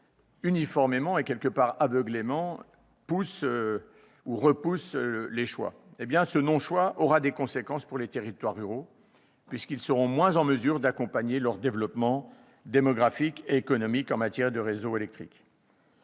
uniformément et aveuglément, les choix. Ce non-choix aura des conséquences pour les territoires ruraux, puisqu'ils seront moins en mesure d'accompagner leur développement démographique et économique en matière de réseaux électriques.